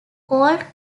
old